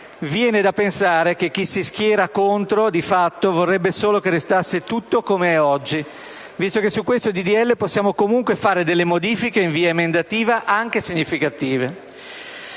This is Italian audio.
Viene da pensare che chi si schiera contro, di fatto, vorrebbe solo che restasse tutto come è oggi, visto che su questo disegno di legge possiamo comunque fare delle modifiche in via emendativa anche significative.